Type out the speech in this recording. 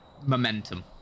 momentum